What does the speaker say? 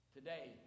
Today